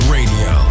Radio